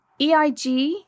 EIG